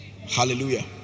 Hallelujah